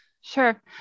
Sure